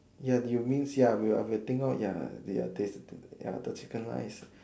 ya you mean ya we think lor ya ya the chicken rice